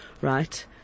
Right